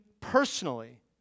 personally